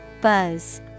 Buzz